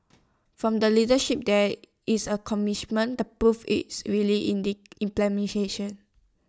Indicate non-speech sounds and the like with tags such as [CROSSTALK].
[NOISE] from the leadership there is A commitment the proof is really in the implementation